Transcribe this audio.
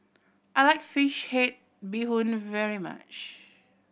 I like fish head bee hoon very much